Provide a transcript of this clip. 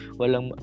walang